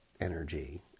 energy